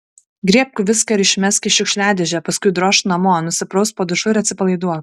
griebk viską ir išmesk į šiukšliadėžę paskui drožk namo nusiprausk po dušu ir atsipalaiduok